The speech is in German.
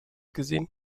gesehen